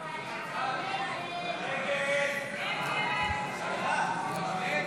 הסתייגות 8 לא נתקבלה.